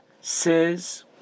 says